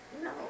No